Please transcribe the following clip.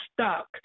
stuck